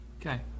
Okay